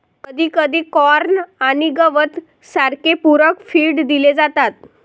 कधीकधी कॉर्न आणि गवत सारखे पूरक फीड दिले जातात